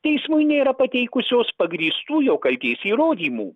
teismui nėra pateikusios pagrįstų jo kaltės įrodymų